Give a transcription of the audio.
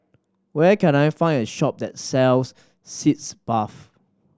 where can I find a shop that sells Sitz Bath